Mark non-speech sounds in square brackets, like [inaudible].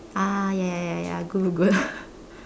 ah ya ya ya good good [laughs]